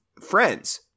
friends